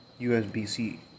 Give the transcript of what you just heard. USB-C